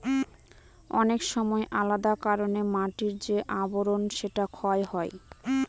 অনেক সময় আলাদা কারনে মাটির যে আবরন সেটা ক্ষয় হয়